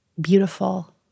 beautiful